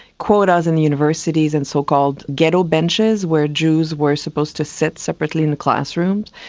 quotas in the universities and so-called ghetto benches where jews were supposed to sit separately in the classrooms.